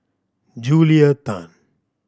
Julia Tan